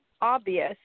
obvious